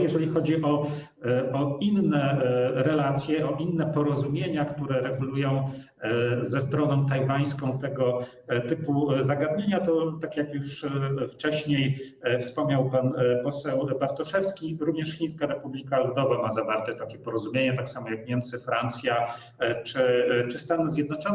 Jeżeli chodzi o inne relacje, o inne porozumienia, które regulują ze stroną tajwańską tego typu zagadnienia, to tak jak już wcześniej wspomniał pan poseł Bartoszewski, również Chińska Republika Ludowa zawarła takie porozumienie, tak samo jak Niemcy, Francja czy Stany Zjednoczone.